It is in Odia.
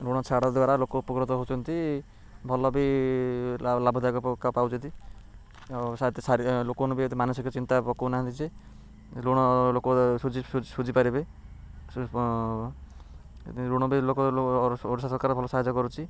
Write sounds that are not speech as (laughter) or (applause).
ଋଣ ଛାଡ଼ ଦ୍ୱାରା ଲୋକ ଉପକୃତ ହଉଛନ୍ତି ଭଲ ବି ଲାଭଦାୟକ ପାଉଛନ୍ତି ଆଉ (unintelligible) ଲୋକଙ୍କୁ ବି ଏତେ ମାନସିକ ଚିନ୍ତା ପକଉନାହାନ୍ତି ଯେ ଋଣ ଲୋକ ସୁୁଝି ପାରିବେ ଋଣ ବି ଲୋକ ଓଡ଼ିଶା ସରକାର ଭଲ ସାହାଯ୍ୟ କରୁଛି